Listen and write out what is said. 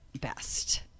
best-